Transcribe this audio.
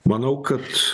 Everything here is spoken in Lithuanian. manau kad